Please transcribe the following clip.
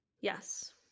Yes